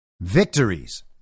Victories